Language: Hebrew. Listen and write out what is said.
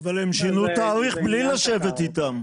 אבל הם שינו תעריף בלי לשבת איתם.